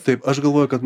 taip aš galvoju kad